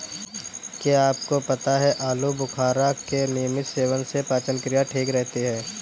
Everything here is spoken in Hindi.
क्या आपको पता है आलूबुखारा के नियमित सेवन से पाचन क्रिया ठीक रहती है?